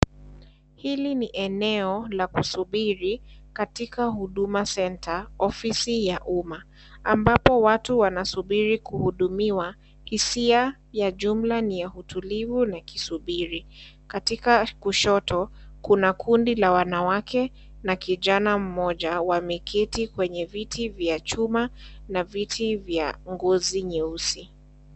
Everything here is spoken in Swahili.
Hili ni eneo la kusubiri katika Huduma Center, ofisi ya Uma. Ambapo watu wanasubiri kuhudumiwa isia ya jumla ni ya Hutulihu na kusubiri. Katika kushoto, kuna kundi la wanawake na kijana mmoja wameketi kwenye viti vya chuma na viti vya ngozi nyeusi.